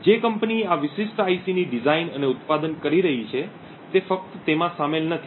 જે કંપની આ વિશિષ્ટ IC ની ડિઝાઇન અને ઉત્પાદન કરી રહી છે તે ફક્ત તેમાં સામેલ નથી